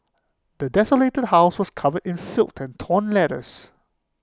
the desolated house was covered in filth and torn letters